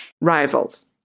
Rivals